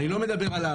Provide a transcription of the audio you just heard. אני לא מדבר עליו,